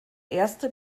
erste